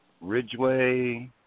Ridgeway